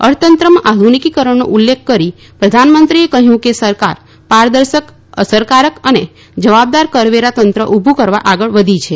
અર્થતંત્રમાં આધુનિકીકરણનો ઉલ્લેખ કરી પ્રધાનમંત્રીએ કહ્યું કે સરકાર પારદર્શક અસરકારર અને જવાબદાર કરવેરાતંત્ર ઉભું કરવા આગળ વધી છે